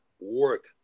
work